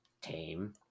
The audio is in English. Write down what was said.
tame